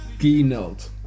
keynote